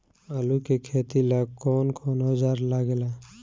आलू के खेती ला कौन कौन औजार लागे ला?